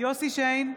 יוסף שיין,